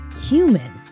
human